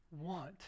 want